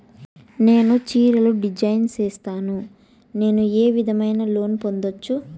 నేను చీరలు డిజైన్ సేస్తాను, నేను ఏ విధమైన లోను పొందొచ్చు